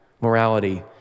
morality